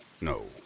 no